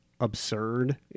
absurd